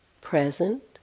present